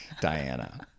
Diana